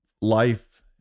life